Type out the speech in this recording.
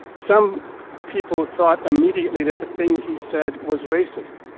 some people thought immediately that the thing he said was racist.